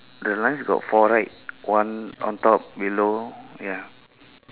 the lines got four right one on top below ya